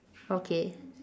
okay